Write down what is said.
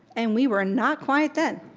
and we were not quiet then.